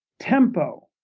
tempo,